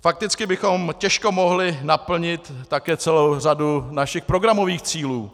Fakticky bychom mohli těžko naplnit také celou řadu našich programových cílů.